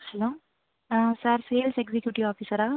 hello sir sales executive ஆஃபீஸரா